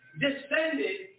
descended